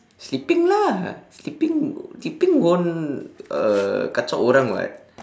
sleeping lah sleeping sleeping won't uh kacau orang [what]